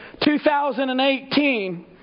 2018